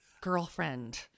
girlfriend